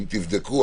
אם תבדקו,